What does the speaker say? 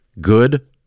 good